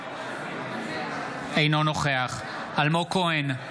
אינו נוכח אלמוג כהן,